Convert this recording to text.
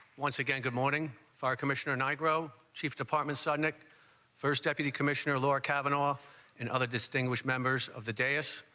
once again, good morning, fire commissioner nigro chief department saw nick first deputy commissioner laura cavanaugh in other distinguished members of the day. s.